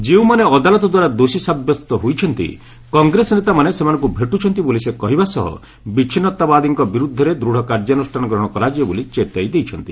ଯେଉଁମାନେ ଅଦାଲତ ଦ୍ୱାରା ଦୋଷୀ ସାବ୍ୟସ୍ତ ହୋଇଛନ୍ତି କଂଗ୍ରେସ ନେତାମାନେ ସେମାନଙ୍କୁ ଭେଟୁଛନ୍ତି ବୋଲି ସେ କହିବା ସହ ବିଚ୍ଛିନ୍ନତାବାଦୀମାନଙ୍କ ବିରୋଧରେ ଦୃଢ଼ କାର୍ଯ୍ୟାନୁଷ୍ଠାନ ଗ୍ରହଣ କରାଯିବ ବୋଲି ଚେତାଇ ଦେଇଛନ୍ତି